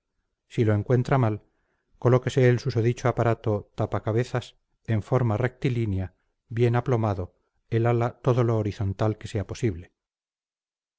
si lo encuentra mal colóquese el susodicho aparato tapa cabezas en forma rectilínea bien aplomado el ala todo lo horizontal que sea posible